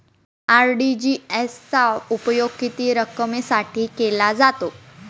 RTGS चा उपयोग किती रकमेसाठी केला जातो?